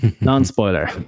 non-spoiler